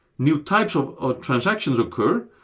new types of transactions occur,